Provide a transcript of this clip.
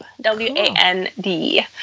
W-A-N-D